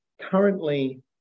currently